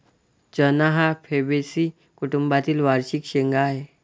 चणा हा फैबेसी कुटुंबातील वार्षिक शेंगा आहे